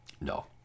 No